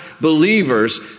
believers